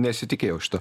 nesitikėjau šito